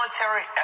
military